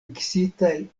miksitaj